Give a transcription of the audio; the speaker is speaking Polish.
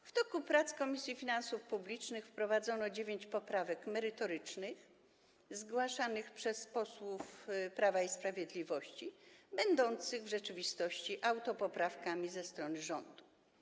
W toku prac Komisji Finansów Publicznych wprowadzono dziewięć poprawek merytorycznych zgłaszanych przez posłów Prawa i Sprawiedliwości, będących w rzeczywistości autopoprawkami ze strony rządu.